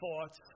thoughts